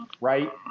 right